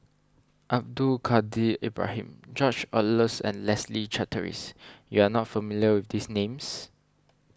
Abdul Kadir Ibrahim George Oehlers and Leslie Charteris you are not familiar with these names